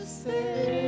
say